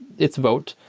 its vote,